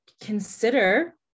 consider